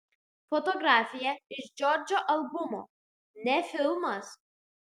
fotografija iš džordžo albumo ne filmas